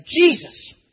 Jesus